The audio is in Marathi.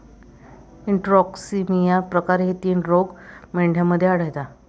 एन्टरोटॉक्सिमिया प्रकार हे तीन रोग मेंढ्यांमध्ये आढळतात